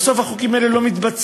בסוף החוקים האלה לא מתבצעים,